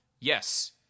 Yes